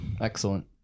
Excellent